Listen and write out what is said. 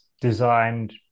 designed